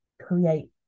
create